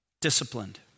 Disciplined